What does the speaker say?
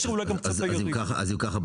אז אם ככה,